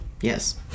Yes